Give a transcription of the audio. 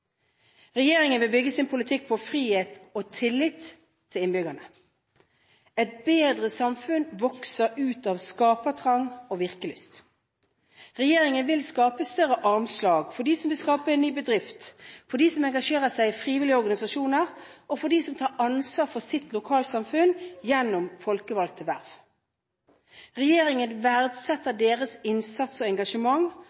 Regjeringen vil bygge sin politikk på frihet og tillit til innbyggerne. Et bedre samfunn vokser ut av skapertrang og virkelyst. Regjeringen vil skape større armslag for dem som vil skape en ny bedrift, for dem som engasjerer seg i frivillige organisasjoner og for dem som tar ansvar for sitt lokalsamfunn gjennom folkevalgte verv. Regjeringen verdsetter